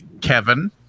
Kevin